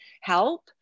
help